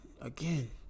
again